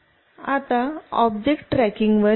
आता object tracking वर येऊ